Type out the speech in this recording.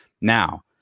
Now